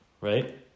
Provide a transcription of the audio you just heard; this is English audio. right